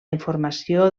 informació